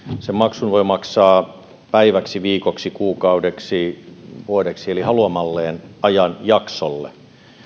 maksun voi maksaa päiväksi viikoksi kuukaudeksi vuodeksi eli haluamalleen ajanjaksolle